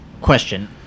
Question